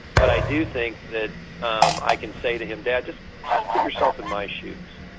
but i do think that um i can say to him, dad, just just put yourself in my shoes